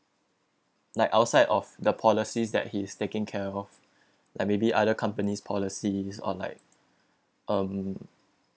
like outside of the policies that he is taking care of like maybe other companies policies or like um